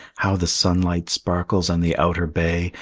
how the sunlight sparkles on the outer bay,